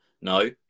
No